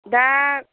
दा